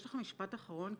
יש לך משפט אחרון?